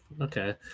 okay